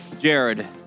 Jared